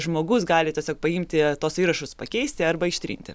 žmogus gali tiesiog paimti tuos įrašus pakeisti arba ištrinti